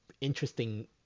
interesting